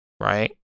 Right